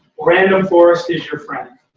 random forest is your friend.